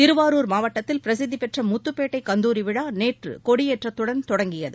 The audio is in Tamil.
திருவாரூர் மாவட்டத்தில் பிரசித்திப் பெற்ற முத்துப்பேட்டை கந்தூரி விழா நேற்று கொடியேற்றதுடன் தொடங்கியது